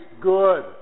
good